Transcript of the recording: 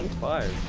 five